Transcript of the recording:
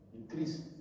Increase